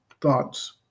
thoughts